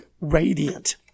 radiant